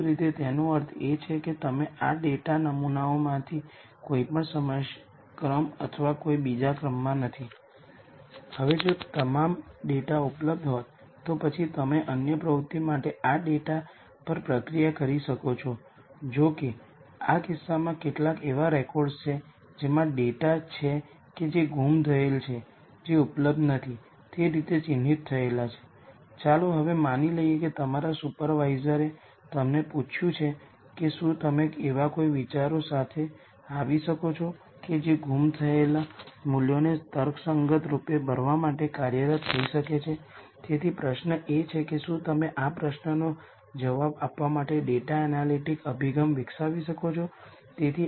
આપણે પહેલેથી જ જાણીએ છીએ કે આઇગન વેક્ટર કોઈપણ સામાન્ય મેટ્રિક્સ માટે કોમ્પ્લેક્સ હોઈ શકે છે જો કે જ્યારે આપણે સિમેટ્રિક મેટ્રિક્સ વિશે વાત કરીએ ત્યારે આપણે ખાતરીપૂર્વક કહી શકીએ કે આઇગન વૅલ્યુઝ રીયલ હશે આઇગન વેક્ટર રીયલ હશે આગળ આપણને હંમેશાં ખાતરી આપવામાં આવે છે કે સિમેટ્રિક મેટ્રિક્સ માટે આપણી પાસે n linearly independent eigen vector હશે